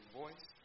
voice